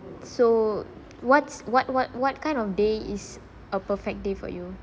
so what's what what what kind of day is a perfect day for you